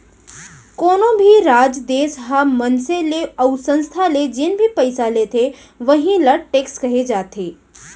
कोनो भी राज, देस ह मनसे ले अउ संस्था ले जेन भी पइसा लेथे वहीं ल टेक्स कहे जाथे